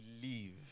believe